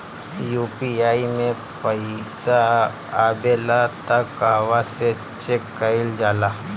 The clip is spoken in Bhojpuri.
यू.पी.आई मे पइसा आबेला त कहवा से चेक कईल जाला?